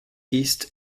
east